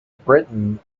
briton